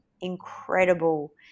incredible